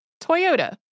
Toyota